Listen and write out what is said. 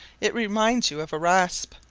it reminds you of a rasp,